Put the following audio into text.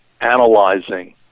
analyzing